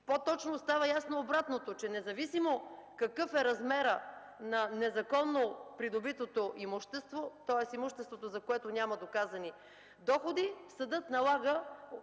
по-точно става ясно обратното – че независимо какъв е размерът на незаконно придобитото имущество, тоест имуществото, за което няма доказани доходи, съдът налага